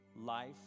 life